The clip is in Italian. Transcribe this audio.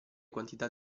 quantità